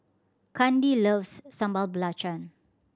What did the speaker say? Kandi loves Sambal Belacan